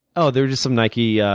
oh, they were just some nikes. yeah